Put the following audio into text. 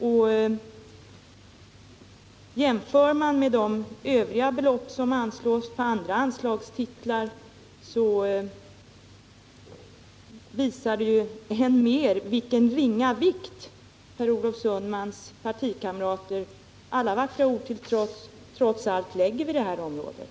En jämförelse med de belopp som anslås på andra anslagstitlar visar än mer vilken ringa vikt Per Olof Sundmans partikamrater, alla vackra ord till trots, lägger vid det här området.